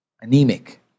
anemic